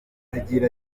agira